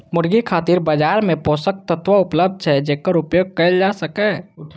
मुर्गी खातिर बाजार मे पोषक तत्व उपलब्ध छै, जेकर उपयोग कैल जा सकैए